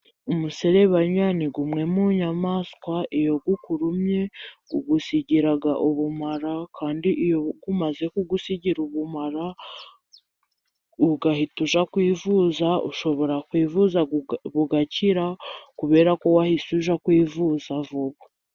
Umuserebanya ni umwe munyamaswa, iyo ukurumye ugusigira ubumara, kandi iyo umaze kugusigira ubumara ugahita ujya kwivuza ushobora kwivuza bugakira kubera ko wahise ujya kwivuza vuba.